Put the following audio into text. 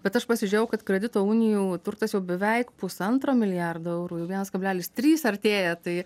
bet aš pasižiūrėjau kad kredito unijų turtas jau beveik pusantro milijardo eurų jau vienas kablelis trys artėja tai